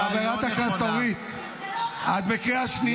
חברת הכנסת אורית, את בקריאה שנייה.